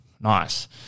Nice